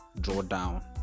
drawdown